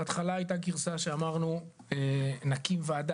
בהתחלה הייתה גרסה שאמרנו "נקים ועדה",